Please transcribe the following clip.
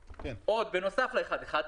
בנוסף ל-1.1 מיליון,